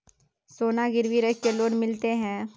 सोना गिरवी रख के लोन मिलते है?